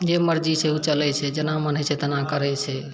जे मरजी से ओ चलैत छै जेना मन हइ छै तेना करैत छै